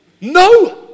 no